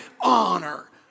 honor